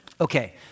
Okay